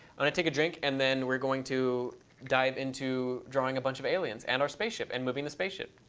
going take a drink and then we're going to dive into drawing a bunch of aliens, and our spaceship, and moving the spaceship.